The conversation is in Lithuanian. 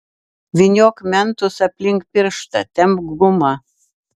vyniok mentus aplink pirštą tempk gumą